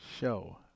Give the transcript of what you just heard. show